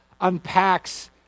unpacks